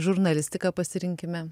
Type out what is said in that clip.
žurnalistiką pasirinkime